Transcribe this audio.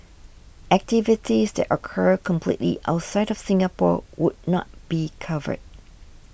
activities that occur completely outside of Singapore would not be covered